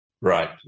Right